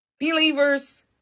Believers